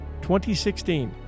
2016